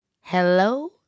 Hello